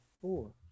Four